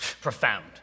Profound